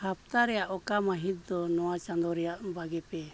ᱦᱟᱯᱛᱟ ᱨᱮᱱᱟᱜ ᱚᱠᱟ ᱢᱟᱹᱦᱤᱛ ᱫᱚ ᱱᱚᱣᱟ ᱪᱟᱸᱫᱚ ᱨᱮᱱᱟᱜ ᱵᱟᱜᱮᱯᱮ